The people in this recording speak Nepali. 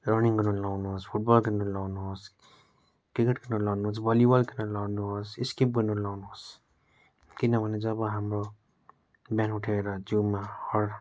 रनिङ गर्नु लाउनुहोस् फुटबल खेल्नु लाउनुहोस् क्रिकेट खेल्नु लाउनुहोस् भलिबल खेल्नु लाउनुहोस् स्किप गर्नु लाउनुहोस् किनभने जब हाम्रो बिहान उठेर जिउमा हर